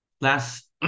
last